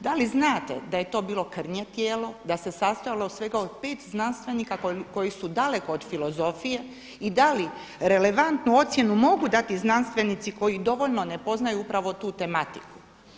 Da li znate da je to bilo krnje tijelo, da se sastojalo svega od pet znanstvenika koji su daleko od filozofije i da li relevantnu ocjenu mogu dati znanstvenici koji dovoljno ne poznaju upravo tu tematiku?